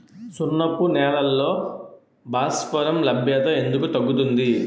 సున్నపు నేలల్లో భాస్వరం లభ్యత ఎందుకు తగ్గుతుంది?